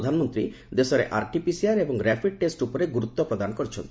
ପ୍ରଧାନମନ୍ତ୍ରୀ ଦେଶରେ ଆର୍ଟିପିସିଆର୍ ଏବଂ ର୍ୟାପିଡ୍ ଟେଷ୍ଟ ଉପରେ ଗୁରୁତ୍ୱ ପ୍ରଦାନ କରିଛନ୍ତି